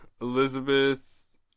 Elizabeth